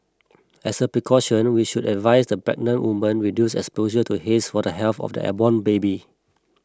as a precaution we would advise that pregnant women reduce exposure to haze for the health of their unborn baby